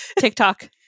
TikTok